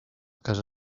casa